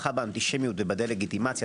המערכה באנטישמיות ובדה לגיטימציה,